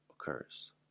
occurs